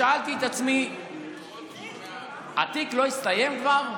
שאלתי את עצמי, התיק לא הסתיים כבר?